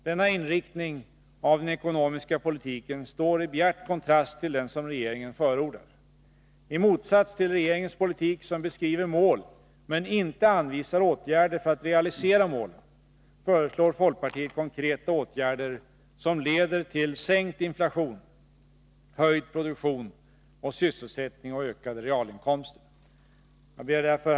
Denna inriktning av den ekonomiska politiken står i bjärt kontrast till den som regeringen förordar. I motsats till regeringens politik, som beskriver mål men inte anvisar åtgärder för att realisera målen, föreslår folkpartiet konkreta åtgärder som leder till sänkt inflation, höjd produktion och sysselsättning och ökade realinkomster. Herr talman!